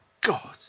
God